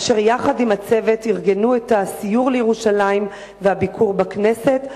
אשר יחד עם הצוות ארגנו את הסיור לירושלים והביקור בכנסת".